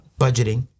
budgeting